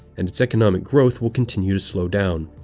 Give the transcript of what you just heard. and its economic growth will continue to slow down.